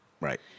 Right